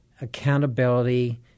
accountability